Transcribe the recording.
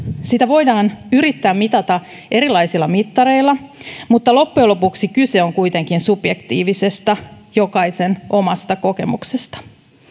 sitä voidaan yrittää mitata erilaisilla mittareilla mutta loppujen lopuksi kyse on kuitenkin subjektiivisesta jokaisen omasta kokemuksesta